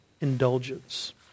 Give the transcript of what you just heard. indulgence